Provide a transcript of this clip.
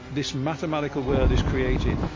this mathematical world is created.